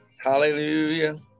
Hallelujah